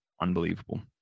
unbelievable